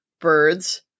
Birds